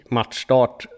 matchstart